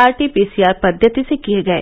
RTPCR पद्वति से किये गये